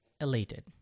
elated